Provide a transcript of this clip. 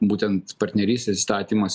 būtent partnerystės įstatymas